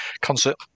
concert